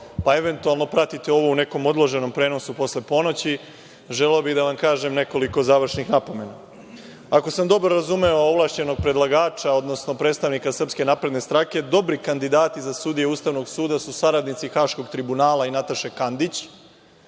pa eventualno pratite ovo u nekom odloženom prenosu posle ponoći, želeo bih da vam kažem nekoliko završnih napomeni. Ako sam dobro razumeo, ovlašćenog predlagača, odnosno predstavnika SNS-a, dobri kandidati za sudije Ustavnog suda su saradnici Haškog tribunala i Nataše Kandić,